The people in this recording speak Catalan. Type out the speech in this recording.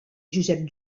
josep